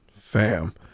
Fam